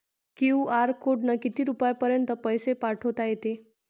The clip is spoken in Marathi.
क्यू.आर कोडनं किती रुपयापर्यंत पैसे पाठोता येते?